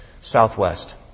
Southwest